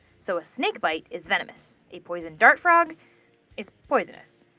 so a snake bite is venomous. a poison dart frog is poisonous.